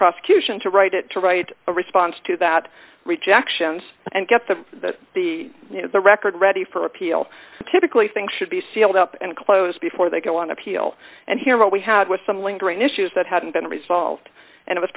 prosecution to write it to write a response to that rejections and get the the you know the record ready for appeal typically things should be sealed up and closed before they go on appeal and here what we had was some lingering issues that hadn't been resolved and it